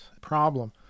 problem